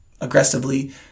aggressively